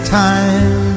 time